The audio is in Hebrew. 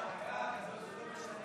שהצעת חוק גירוש משפחות מחבלים,